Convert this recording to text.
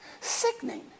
Sickening